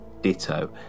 ditto